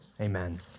Amen